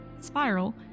spiral